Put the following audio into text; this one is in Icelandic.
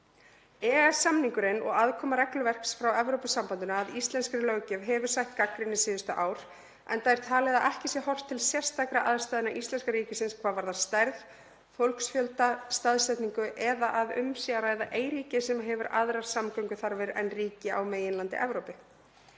EES-samningurinn og aðkoma regluverks frá Evrópusambandinu að íslenskri löggjöf hefur sætt gagnrýni síðustu ár, enda er talið að ekki sé horft til sérstakra aðstæðna íslenska ríkisins hvað varðar stærð, fólksfjölda, staðsetningu eða að um sé að ræða eyríki sem hefur aðrar samgönguþarfir en ríki á meginlandi Evrópu.